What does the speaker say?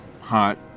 hot